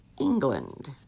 England